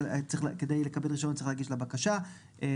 כדי לקבל רישיון צריך להגיש בקשה לרשות